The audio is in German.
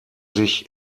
sich